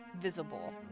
visible